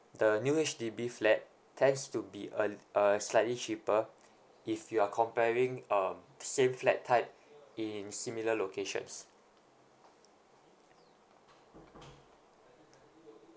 the new H_D_B flat tends to be uh uh slightly cheaper if you are comparing uh same flat type in similar locations